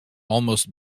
almost